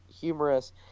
humorous